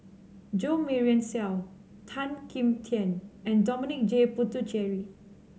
Jo Marion Seow Tan Kim Tian and Dominic J Puthucheary